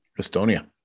Estonia